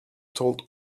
told